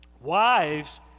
wives